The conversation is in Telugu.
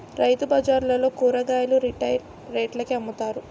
రైతుబజార్లలో కూరగాయలు రిటైల్ రేట్లకే అమ్ముతారు